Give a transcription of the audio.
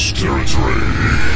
territory